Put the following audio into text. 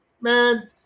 man